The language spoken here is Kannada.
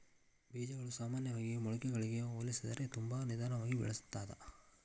ಬೇಜಗಳು ಸಾಮಾನ್ಯವಾಗಿ ಮೊಳಕೆಗಳಿಗೆ ಹೋಲಿಸಿದರೆ ತುಂಬಾ ನಿಧಾನವಾಗಿ ಬೆಳಿತ್ತದ